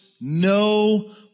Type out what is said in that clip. no